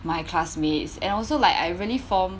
my classmates and also like I really form